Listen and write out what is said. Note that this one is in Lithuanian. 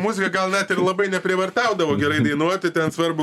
muzika gal net ir labai neprievartaudavo gerai dainuoti ten svarbu